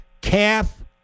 Calf